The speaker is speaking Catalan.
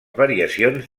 variacions